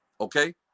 Okay